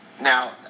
Now